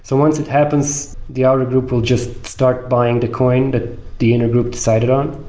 so once it happens, the outer group will just start buying the coin that the inner group decided on.